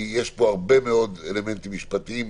כי יש פה הרבה מאוד אלמנטים משפטיים,